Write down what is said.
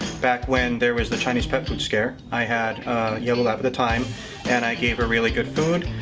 back when there was the chinese pet food scare. i had a yellow lab at the time and i gave her really good food,